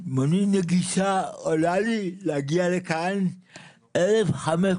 --- מונית נגישה כדי להגיע לכאן עולה